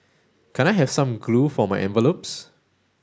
can I have some glue for my envelopes